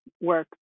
work